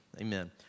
amen